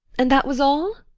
and that was all?